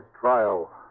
trial